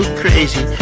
crazy